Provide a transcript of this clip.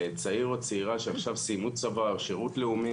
לצעיר או צעירה שעכשיו סיימו צבא או שירות לאומי,